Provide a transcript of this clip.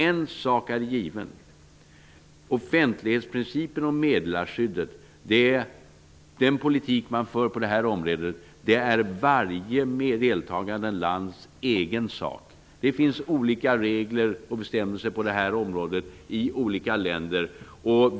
En sak är given, den politik man för när det gäller offentlighetsprincipen och meddelarskyddet är varje deltagande lands egen sak. Det finns olika regler och bestämmelser på det här området i olika länder.